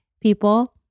people